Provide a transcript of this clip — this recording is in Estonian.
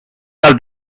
tal